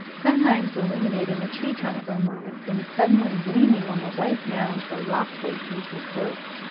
sometimes illuminating a tree-trunk for a moment, then suddenly gleaming on the white mounds where rocks lay deeply cloaked.